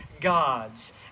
gods